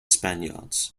spaniards